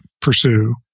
pursue